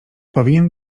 powinien